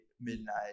midnight